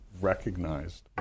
recognized